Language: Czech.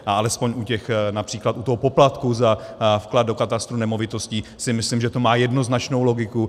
A alespoň například u toho poplatku za vklad do katastru nemovitostí si myslím, že to má jednoznačnou logiku.